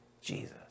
Jesus